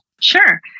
Sure